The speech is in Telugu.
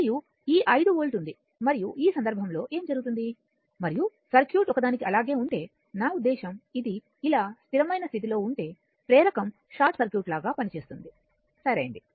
మరియు ఈ 5 వోల్ట్ ఉంది మరియు ఆ సందర్భంలో ఏమి జరుగుతుంది మరియు సర్క్యూట్ ఒకదానికి అలాగే ఉంటే నా ఉద్దేశ్యం ఇది ఇలా స్థిరమైన స్థితిలో ఉంటే ప్రేరకం షార్ట్ సర్క్యూట్ లాగా పనిచేస్తుంది సరైనది